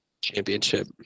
championship